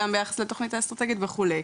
גם ביחס לתוכנית האסטרטגית וכו'.